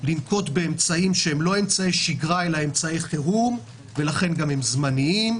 לנקוט באמצעים שהם לא אמצעי שגרה אלא אמצעי חירום ולכן הם זמניים.